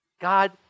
God